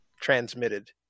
transmitted